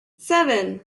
seven